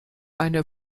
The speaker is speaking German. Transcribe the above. eine